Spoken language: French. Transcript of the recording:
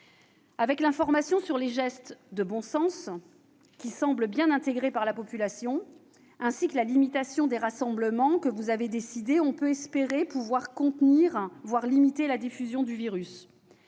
à l'information sur les gestes de bon sens, qui semblent bien intégrés par la population, et à la limitation des rassemblements que vous avez décidée, on peut espérer contenir, voire limiter, la diffusion du virus.